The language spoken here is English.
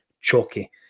Chalky